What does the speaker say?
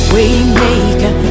Waymaker